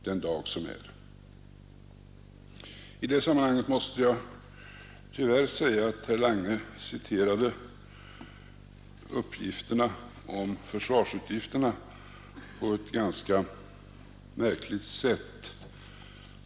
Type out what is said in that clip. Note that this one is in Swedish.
I det sammanhanget måste jag tyvärr säga att herr Lange citerade uppgifterna om försvarsutgifterna på ett ganska märkligt sätt.